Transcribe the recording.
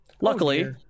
Luckily